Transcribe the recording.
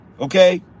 okay